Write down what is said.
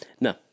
No